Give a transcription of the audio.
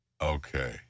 Okay